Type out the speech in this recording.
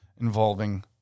involving